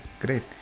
great